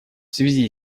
связи